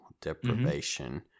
deprivation